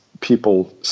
people